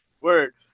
Word